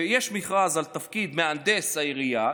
יש מכרז על תפקיד מהנדס העירייה,